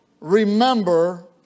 remember